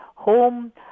home